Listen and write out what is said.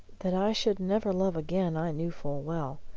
that i should never love again i knew full well.